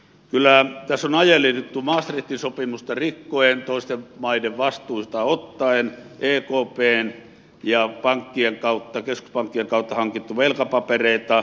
kyllä tässä on ajelehdittu maastrichtin sopimusta rikkoen toisten maiden vastuita ottaen ekpn ja keskuspankkien kautta on hankittu velkapapereita